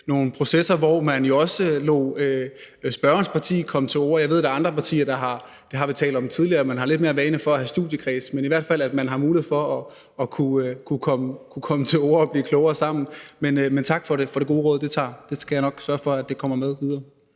nogle processer, hvor man også lod spørgerens parti komme til orde. Jeg ved, at der er andre partier, der – det har vi talt om tidligere – har lidt mere for vane at have studiekredse, men i hvert fald kunne man have ønske om at komme til orde, og at vi blev klogere sammen. Men tak for det gode råd; det skal jeg nok sørge for kommer med videre.